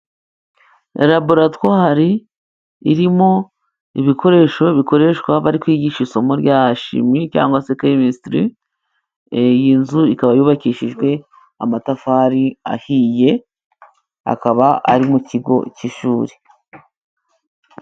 Laboratwari irimo ibikoresho bikoreshwa bari kwigisha isomo rya Shimi cyangwa se Kemisitiri, iyi nzu ikaba yubakishijwe amatafari ahiye, akaba ari mu kigo cy'ishuri.